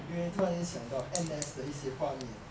因为突然间想到 N_S 的一些画面